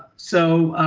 so